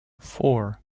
four